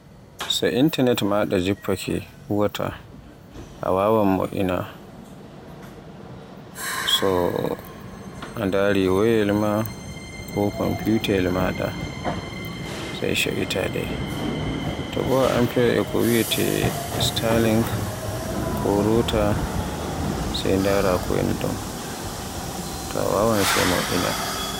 So intanet maaɗa jiffake, huwaata. A wawan mo'ina so a ndari woyayel ma ko kompiyutaayel maaɗa. Sey co'ita ɗe. To bo a amfira e ko wiyeete stalink ko route, sey ndaara ko yani ɗum. To a wawan sai mo'ina.